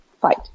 fight